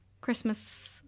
Christmas